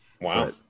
Wow